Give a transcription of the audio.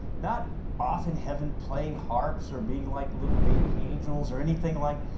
not off in heaven playing harps or being like little baby angels or anything like